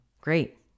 Great